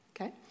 okay